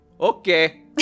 Okay